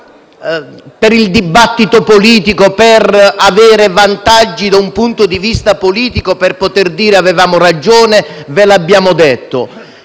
per il dibattito politico, per avere vantaggi da un punto di vista politico e poter dire che avevamo ragione o che ve l'avevamo detto.